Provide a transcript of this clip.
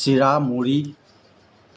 চিৰা মুড়ি